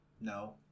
no